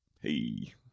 hey